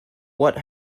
what